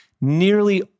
nearly